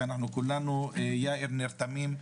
כולנו נרתמים,